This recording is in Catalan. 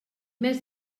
més